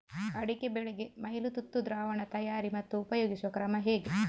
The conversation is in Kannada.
ಅಡಿಕೆ ಬೆಳೆಗೆ ಮೈಲುತುತ್ತು ದ್ರಾವಣ ತಯಾರಿ ಮತ್ತು ಉಪಯೋಗಿಸುವ ಕ್ರಮ ಹೇಗೆ?